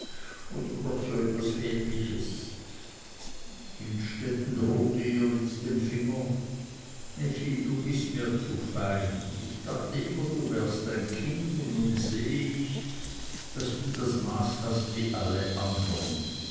oder doch so etwas ähnliches innstetten drohte ihr mit dem finger effi du bist mir zu fein ich dachte immer du wärst ein kind und ich sehe nun daß du das maß hast wie alle andern